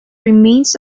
remains